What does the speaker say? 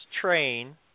train